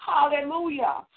Hallelujah